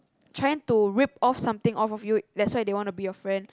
trying to rip off something off of you that's why they wanna be your friend